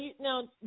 Now